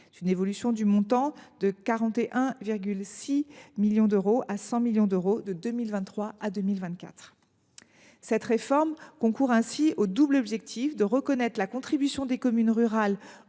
de la dotation passe ainsi de 41,6 millions d’euros à 100 millions d’euros entre 2023 et 2024. Cette réforme concourt ainsi au double objectif de reconnaître la contribution des communes rurales